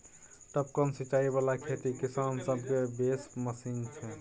टपकन सिचाई बला खेती किसान सभकेँ बेस पसिन छै